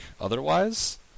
Otherwise